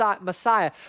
Messiah